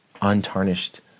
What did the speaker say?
untarnished